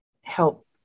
help